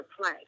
play